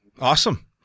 awesome